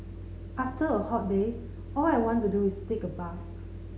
after a hot day all I want to do is take a bath